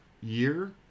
year